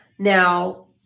Now